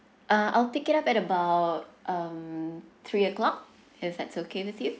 uh I'll take it up at about um three o'clock is that okay with you